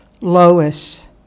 Lois